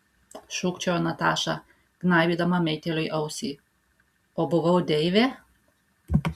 šūkčiojo nataša gnaibydama meitėliui ausį o buvau deivė